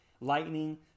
Lightning